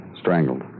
Strangled